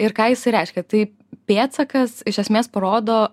ir ką jisai reiškia tai pėdsakas iš esmės parodo